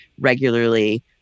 regularly